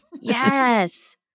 Yes